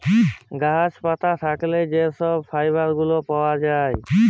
গাহাচ পাত থ্যাইকে যে ছব ফাইবার গুলা পাউয়া যায়